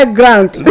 ground